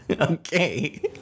Okay